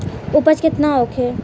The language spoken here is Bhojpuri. उपज केतना होखे?